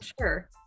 sure